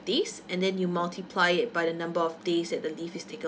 days and then you multiply it by the number of days that the leave is taken